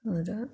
और